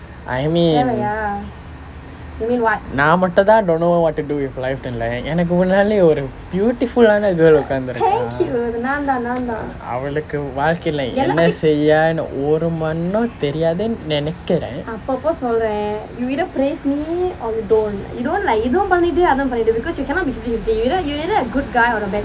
I mean நான் மட்டும் தான்:naan mattum thaan don't know what to do with life then like எனக்கு முன்னாலே ஒரு:enakku munnaale oru beautiful ஆன:aana girl உட்கார்ந்திருக்கா அவளுக்கு வாழ்க்கையில என்ன செய்யன்னு ஒரு மண்ணும் தெரியாதுன்னு நினைக்கிறன்:utkaarnthirukka avalukku vaalkaiyila enna seyyannu oru mannum theriyaathunnu ninaikkiren